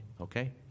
okay